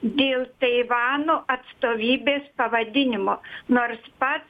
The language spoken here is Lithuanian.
dėl taivano atstovybės pavadinimo nors pats